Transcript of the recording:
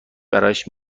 برایش